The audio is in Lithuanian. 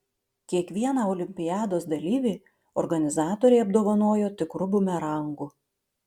kiekvieną olimpiados dalyvį organizatoriai apdovanojo tikru bumerangu